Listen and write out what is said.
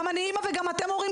גם אני אימא ורובכם פה גם הורים,